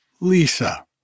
Lisa